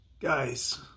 Guys